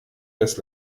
des